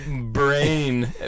brain